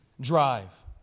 drive